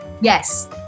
Yes